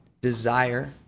desire